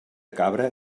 cabra